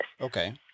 Okay